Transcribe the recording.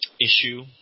issue